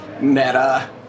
Meta